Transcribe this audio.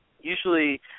usually